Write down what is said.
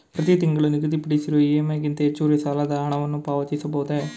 ಪ್ರತಿ ತಿಂಗಳು ನಿಗದಿಪಡಿಸಿರುವ ಇ.ಎಂ.ಐ ಗಿಂತ ಹೆಚ್ಚುವರಿ ಸಾಲದ ಹಣವನ್ನು ಪಾವತಿಸಬಹುದೇ?